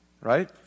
right